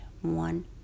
One